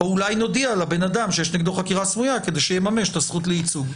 אולי נודיע לבן אדם שיש נגדו חקירה סמויה כדי שיממש את הזכות לייצוג.